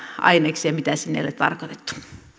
aineksia kuin mitä sinne on tarkoitettu